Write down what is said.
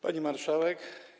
Pani Marszałek!